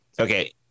okay